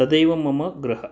तदेव मम गृहम्